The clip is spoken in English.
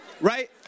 right